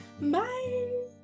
bye